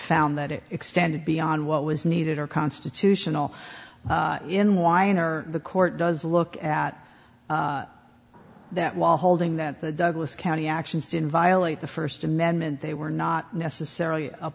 found that it extended beyond what was needed or constitutional in wiener the court does look at that while holding that the douglas county actions didn't violate the first amendment they were not necessarily